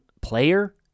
player